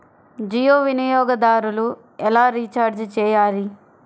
జియో వినియోగదారులు ఎలా రీఛార్జ్ చేయాలి?